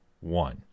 one